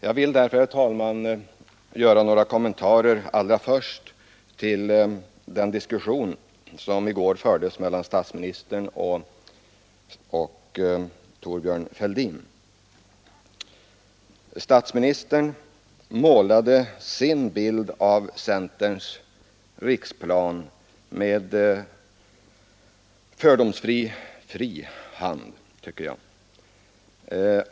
Jag vill därför, herr talman, allra först göra några kommentarer till den diskussion, som i går fördes mellan statsministern och Thorbjörn Fälldin. Statsministern målade sin bild av centerns riksplan med fördomsfri hand, tycker jag.